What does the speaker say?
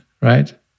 right